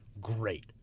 Great